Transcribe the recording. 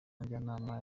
njyanama